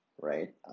right